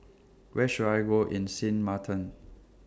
Where should I Go in Sint Maarten